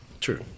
True